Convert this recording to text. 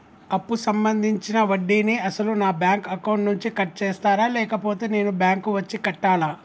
అప్పు సంబంధించిన వడ్డీని అసలు నా బ్యాంక్ అకౌంట్ నుంచి కట్ చేస్తారా లేకపోతే నేను బ్యాంకు వచ్చి కట్టాలా?